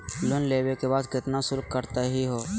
Loan लेवे के बाद केतना शुल्क कटतही हो?